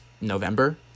November